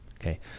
Okay